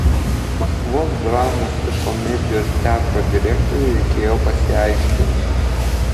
maskvos dramos ir komedijos teatro direktoriui reikėjo pasiaiškinti